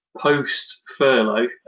post-furlough